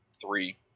three